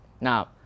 Now